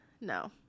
no